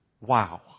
Wow